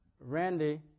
Randy